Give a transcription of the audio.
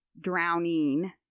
drowning